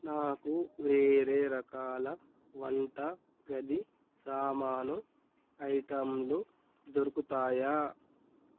నాకు వేరే రకాల వంట గది సామాను ఐటెంలు దొరుకుతాయా